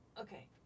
Okay